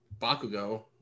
bakugo